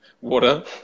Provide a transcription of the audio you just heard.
Water